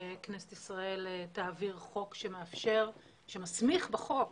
שכנסת ישראל תעביר חוק שמסמיך בחוק